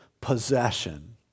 possession